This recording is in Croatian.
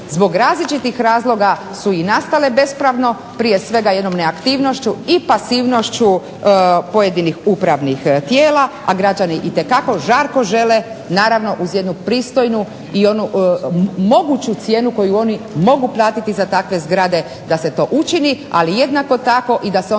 zbog različitih razloga su i nastale bespravno prije svega jednom neaktivnošću i pasivnošću pojedinih upravnih tijela a građani itekako žarko žele naravno uz jednu pristojnu i onu moguću cijenu koju oni mogu platiti za takve zgrade da se to učini. Ali jednako tako i da se onda